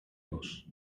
los